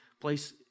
place